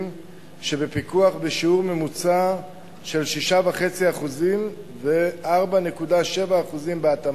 שבפיקוח בשיעור ממוצע של 6.5% ו-4.7% בהתאמה.